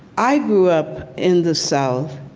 i grew up in the south.